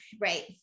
right